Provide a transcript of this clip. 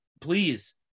please